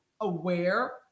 aware